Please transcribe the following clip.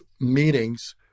meetings